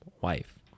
wife